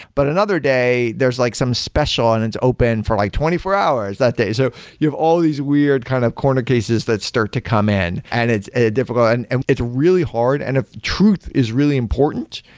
but another day, there's like some special and it's open for like twenty four hours that day. so you have all these weird kind of corner cases that start to come in, and it's ah difficult and and it's really hard. and if the truth is really important,